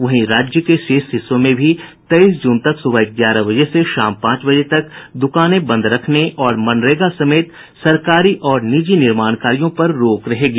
वहीं राज्य के शेष हिस्सों में भी तेईस जून तक सुबह ग्यारह बजे से शाम पांच बजे तक दुकान बंद रखने और मनरेगा समेत सरकारी और निजी निर्माण कार्यो पर रोक रहेगी